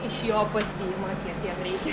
iš jo pasiima kiek jam reikia